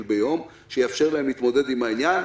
ביום שיאפשר להם להתמודד עם העניין".